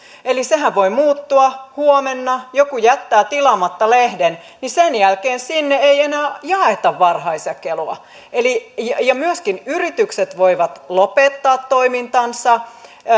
eli sehän voi muuttua huomenna kun joku jättää tilaamatta lehden niin sen jälkeen sinne ei enää jaeta varhaisjakelua ja myöskin yritykset voivat lopettaa toimintansa